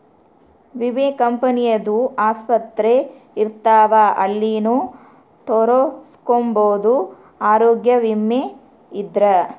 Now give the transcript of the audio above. ವಿಮೆ ಕಂಪನಿ ದು ಆಸ್ಪತ್ರೆ ಇರ್ತಾವ ಅಲ್ಲಿನು ತೊರಸ್ಕೊಬೋದು ಆರೋಗ್ಯ ವಿಮೆ ಇದ್ರ